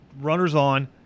runners-on